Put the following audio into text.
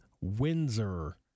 Windsor